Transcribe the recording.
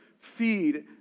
feed